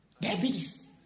diabetes